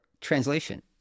translation